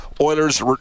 Oilers